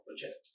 project